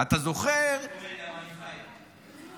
--- אוי אוי אוי.